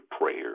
prayer